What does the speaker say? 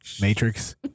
Matrix